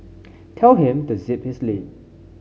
tell him to zip his lip